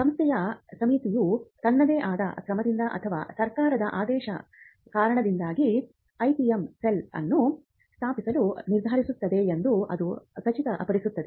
ಸಂಸ್ಥೆಯ ಸಮಿತಿಯು ತನ್ನದೇ ಆದ ಕ್ರಮದಿಂದ ಅಥವಾ ಸರ್ಕಾರದ ಆದೇಶದ ಕಾರಣದಿಂದಾಗಿ ಐಪಿಎಂ ಸೆಲ್ ಅನ್ನು ಸ್ಥಾಪಿಸಲು ನಿರ್ಧರಿಸುತ್ತದೆ ಎಂದು ಅದು ಖಚಿತಪಡಿಸುತ್ತದೆ